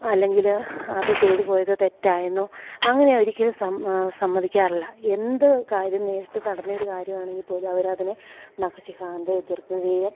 അല്ലെങ്കില് അത് ചെയ്തുപോയത് തെറ്റായെന്നോ അങ്ങനെയൊരിക്കലും സമ്മതിക്കാറില്ല എന്ത് കാര്യം നേരിട്ട് നടന്നയൊരു കാര്യമാണെങ്കില്പ്പോലും അവരതിനെ നഖശിഖാന്തം എതിർക്കുകയും